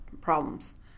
problems